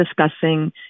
discussing